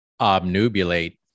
Obnubulate